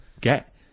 get